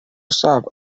صعب